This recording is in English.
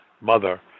mother